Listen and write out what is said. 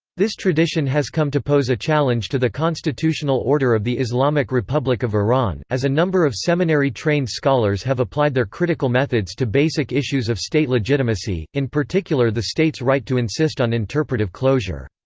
this tradition has come to pose a challenge to the constitutional order of the islamic republic of iran, as a number of seminary-trained scholars have applied their critical methods to basic issues of state legitimacy, in particular particular the state's right to insist on interpretive closure.